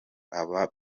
aba